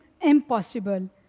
impossible